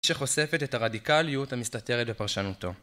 שחושפת את הרדיקליות המסתתרת בפרשנותו.